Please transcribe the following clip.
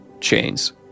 chains